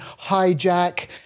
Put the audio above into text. Hijack